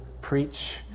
preach